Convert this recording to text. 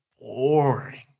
boring